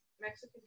Mexican